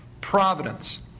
providence